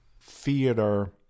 theater